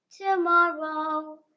tomorrow